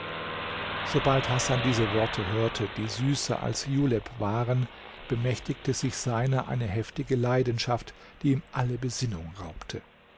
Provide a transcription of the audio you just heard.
sobald hasan diese worte hörte die süßer als julep waren bemächtigte sich seiner eine heftige leidenschaft die ihm alle besinnung raubte